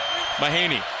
Mahaney